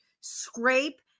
scrape